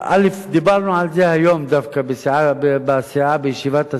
דיברנו על זה היום דווקא בישיבת הסיעה.